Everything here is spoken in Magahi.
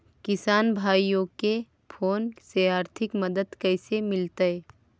किसान भाइयोके कोन से आर्थिक मदत कैसे मीलतय?